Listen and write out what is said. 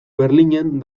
berlinen